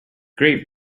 great